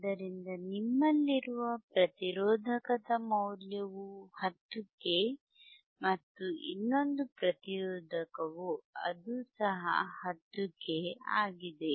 ಆದ್ದರಿಂದ ನಿಮ್ಮಲ್ಲಿರುವ ಪ್ರತಿರೋಧಕದ ಮೌಲ್ಯವು 10k ಮತ್ತು ಇನ್ನೊಂದು ಪ್ರತಿರೋಧಕವು ಅದು ಸಹ 10k ಆಗಿದೆ